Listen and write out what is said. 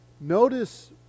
notice